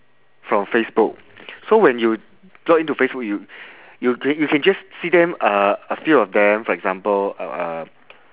from facebook so when you log in to facebook you you can just see them uh a few of them for example uh